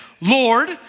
Lord